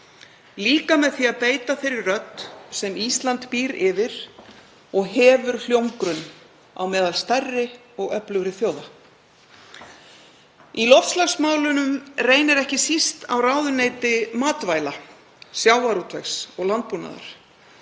líka með því að beita þeirri rödd sem Ísland býr yfir og hefur hljómgrunn á meðal stærri og öflugri þjóða. Í loftslagsmálunum reynir ekki síst á ráðuneyti matvæla, sjávarútvegs og landbúnaðar.